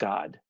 God